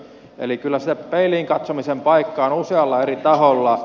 eli kyllä sitä peiliin katsomisen paikkaa on usealla eri taholla